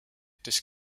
des